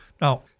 Now